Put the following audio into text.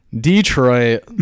Detroit